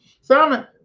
Simon